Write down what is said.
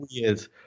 weird